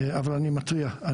אבל אני מתריע.